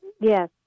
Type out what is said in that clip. Yes